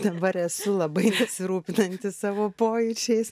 dabar esu labai nesirūpinanti savo pojūčiais